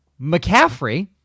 McCaffrey